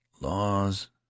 laws